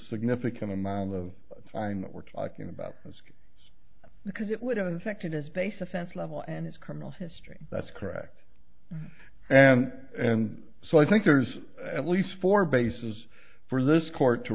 significant amount of fine that we're talking about because it would have affected his base offense level and his criminal history that's correct and and so i think there's at least four bases for this court to